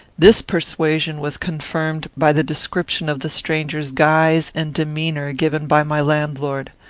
this persuasion was confirmed by the description of the stranger's guise and demeanour given by my landlord.